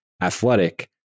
Athletic